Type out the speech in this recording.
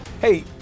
Hey